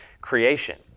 creation